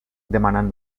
demanant